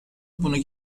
bunu